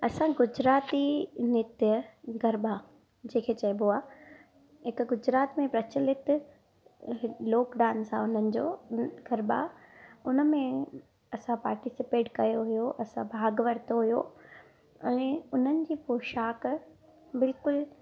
असां गुजराती नृत्य गरभा जेके चइबो आहे हिकु गुजरात में प्रचलित लोक डांस आहे उन्हनि जो गरबा उनमें असां पार्टीसिपेट कयो हुयो असां भागु वरितो हुयो ऐं उन्हनि जी पोशाक बिल्कुलु